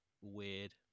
weird